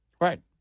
Right